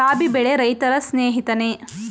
ರಾಬಿ ಬೆಳೆ ರೈತರ ಸ್ನೇಹಿತನೇ?